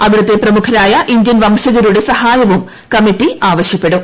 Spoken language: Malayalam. അവിടുത്തെ പ്രമുഖരായ ഇന്ത്യൻ വംശജരുടെ സഹായവും കമ്മിറ്റി ആവശ്യപ്പെടും